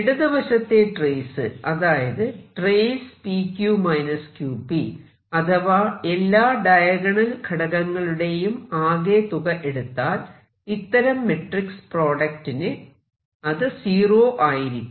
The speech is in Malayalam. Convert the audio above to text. ഇടതുവശത്തെ ട്രേസ് അതായത് Tr pq qp അഥവാഎല്ലാ ഡയഗണൽ ഘടകങ്ങളുടെയും ആകെ തുക എടുത്താൽ ഇത്തരം മെട്രിക്സ് പ്രൊഡക്ററ് ന് അത് സീറോ ആയിരിക്കും